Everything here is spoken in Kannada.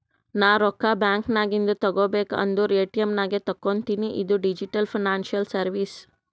ನಾ ರೊಕ್ಕಾ ಬ್ಯಾಂಕ್ ನಾಗಿಂದ್ ತಗೋಬೇಕ ಅಂದುರ್ ಎ.ಟಿ.ಎಮ್ ನಾಗೆ ತಕ್ಕೋತಿನಿ ಇದು ಡಿಜಿಟಲ್ ಫೈನಾನ್ಸಿಯಲ್ ಸರ್ವೀಸ್